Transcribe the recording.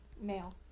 male